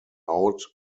out